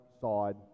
side